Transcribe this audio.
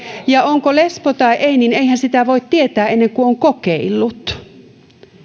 ja onko lesbo tai ei niin eihän sitä voi tietää ennen kuin on kokeillut